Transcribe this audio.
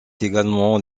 également